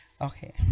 Okay